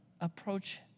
approach